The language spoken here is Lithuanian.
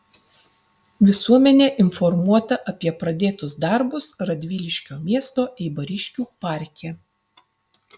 visuomenė informuota apie pradėtus darbus radviliškio miesto eibariškių parke